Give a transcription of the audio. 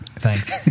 thanks